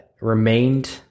remained